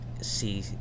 see